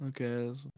Okay